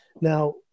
Now